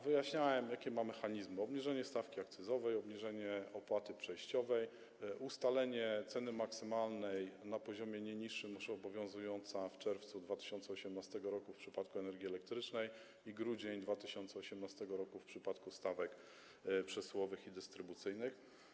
Wyjaśniałem, jakie zawiera ona mechanizmy: obniżenie stawki akcyzowej, obniżenie opłaty przejściowej, ustalenie ceny maksymalnej na poziomie nie niższym niż obowiązujący: w czerwcu 2018 r. - w przypadku energii elektrycznej i w grudniu 2018 r. - w przypadku stawek przesyłowych i dystrybucyjnych.